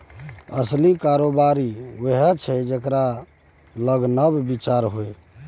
असली कारोबारी उएह छै जेकरा लग नब विचार होए